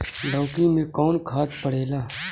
लौकी में कौन खाद पड़ेला?